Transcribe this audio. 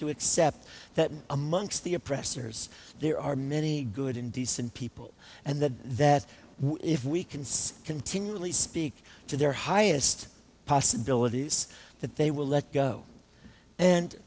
to accept that amongst the oppressors there are many good and decent people and that that if we can see continually speak to their highest possibilities that they will let go and